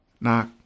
Knock